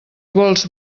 vols